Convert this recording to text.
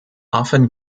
often